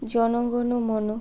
জন গণ মন